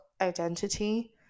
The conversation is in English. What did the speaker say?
identity